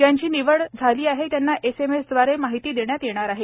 ज्यांची निवड झाली आहे त्यांना एसएमएसद्वारे माहिती देण्यात येणार आहे